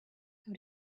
how